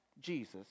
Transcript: Jesus